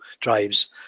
drives